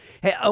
Hey